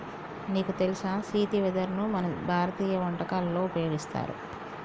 నీకు తెలుసా సీతి వెదరును మన భారతీయ వంటకంలో ఉపయోగిస్తారు